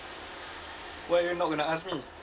why you're not going to ask me